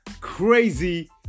crazy